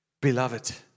beloved